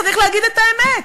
צריך להגיד את האמת.